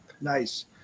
Nice